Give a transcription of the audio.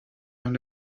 and